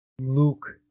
Luke